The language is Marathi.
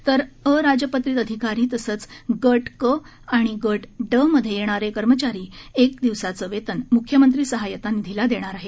तर अराजपत्रित अधिकारी तसंच गट क आणि गट ड मधे येणारे कर्मचारी एका दिवसांचं वेतन मुख्यमंत्री सहायता निधीला देणार आहेत